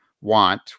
want